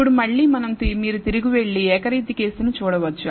ఇప్పుడు మళ్ళీ మీరు తిరిగి వెళ్లి ఏకరీతి కేసును చూడవచ్చు